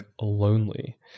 lonely